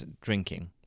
drinking